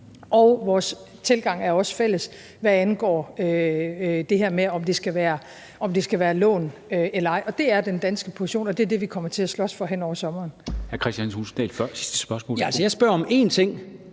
Og vores tilgang er også fælles, hvad angår det her med, om det skal være lån eller ej. Og det er den danske position, og det er det, vi kommer til at slås for hen over sommeren. Kl. 13:21 Formanden